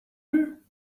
her